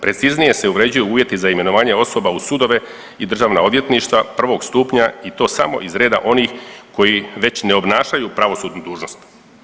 Preciznije se uređuju uvjeti za imenovanje osoba u sudove i državna odvjetništva prvog stupanja i to samo iz reda onih koji već ne obnašaju pravosudnu dužnost.